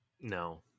No